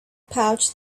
pouch